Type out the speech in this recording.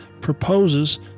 proposes